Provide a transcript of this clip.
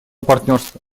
партнерства